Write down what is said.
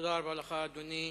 תודה רבה לך, אדוני.